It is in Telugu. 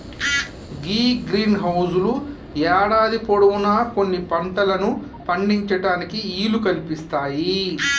గీ గ్రీన్ హౌస్ లు యేడాది పొడవునా కొన్ని పంటలను పండించటానికి ఈలు కల్పిస్తాయి